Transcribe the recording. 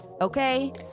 Okay